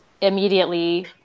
immediately